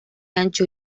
ancho